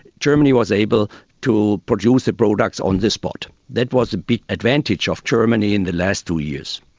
germany was able to produce the products on the spot. that was a big advantage of germany in the last two years.